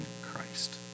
Christ